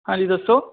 ਹਾਂਜੀ ਦੱਸੋ